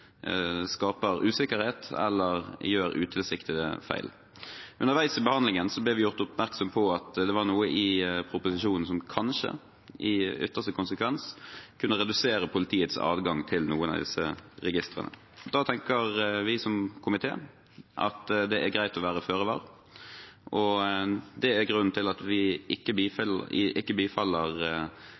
skaper usikkerhet eller gjør utilsiktede feil. Underveis i behandlingen ble vi gjort oppmerksom på at det var noe i proposisjonen som kanskje i ytterste konsekvens kunne redusere politiets adgang til noen av disse registrene. Da tenker vi som komité at det er greit å være føre var, og det er grunnen til at vi ikke